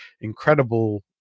incredible